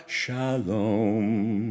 shalom